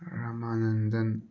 Ramanandan